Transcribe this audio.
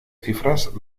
cifras